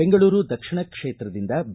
ಬೆಂಗಳೂರು ದಕ್ಷಿಣ ಕ್ಷೇತ್ರದಿಂದ ಬಿ